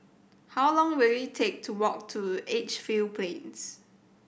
how long will it take to walk to Edgefield Plains